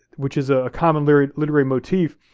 which is a common literary literary motif.